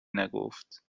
نگفت